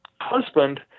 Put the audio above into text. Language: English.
husband